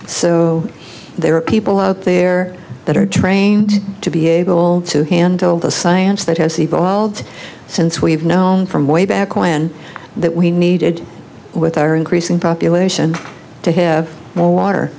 so there are people out there that are trained to be able to handle the science that has evolved since we've known from way back when that we needed with our increasing population to have more water